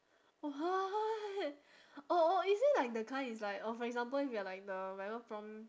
what oh oh is it like the kind it's like or for example if you are like the whatever prom